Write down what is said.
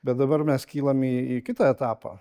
bet dabar mes kylam į į kitą etapą